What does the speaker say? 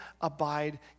abide